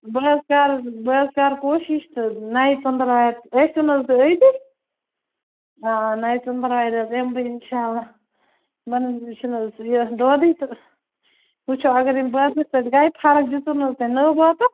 بہٕ حظ کَرٕ بہٕ حظ کَرٕ کوٗشِش تہٕ نَیہِ ژٔنٛدٕروارِ ٲسِو نہٕ حظ تُہۍ أتی آ نَیہِ ژٔنٛدٕروارِ حظ یِمہٕ بہٕ اِنشاء اللہ مےٚ چھِنہٕ حظ یہِ دودٕے تہٕ وٕچھو اَگر اَمہِ بوتلہِ سۭتۍ گٔے فرق یہِ دِژوٗ نہٕ حظ تۄہہِ نٔو بوتَل